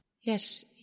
Yes